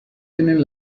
tienen